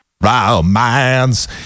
Romance